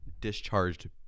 Discharged